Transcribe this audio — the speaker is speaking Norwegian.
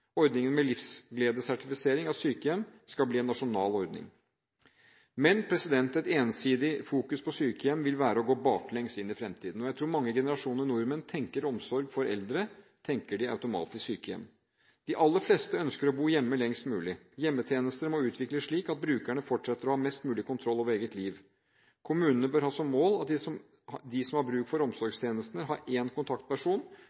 Ordningen med livsgledesertifisering av sykehjem skal bli en nasjonal ordning. Men en ensidig fokusering på sykehjem vil være å gå baklengs inn i fremtiden. Jeg tror at når mange generasjoner nordmenn tenker omsorg for eldre, tenker de automatisk sykehjem. De aller fleste ønsker å bo hjemme lengst mulig. Hjemmetjenester må utvikles slik at brukerne fortsetter å ha mest mulig kontroll over eget liv. Kommunene bør ha som mål at de som har bruk for